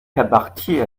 cabaretier